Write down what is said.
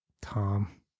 Tom